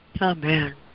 Amen